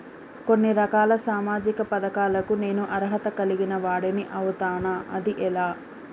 కొన్ని రకాల సామాజిక పథకాలకు నేను అర్హత కలిగిన వాడిని అవుతానా? అది ఎలా?